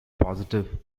positive